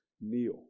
Kneel